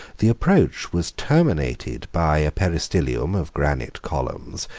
the approach was terminated by a peristylium of granite columns,